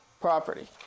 property